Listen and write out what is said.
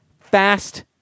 Fast